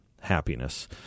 happiness